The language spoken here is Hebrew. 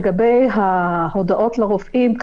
לגבי ההודעות לרופאים,